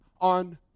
on